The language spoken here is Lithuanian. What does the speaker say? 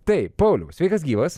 taip pauliau sveikas gyvas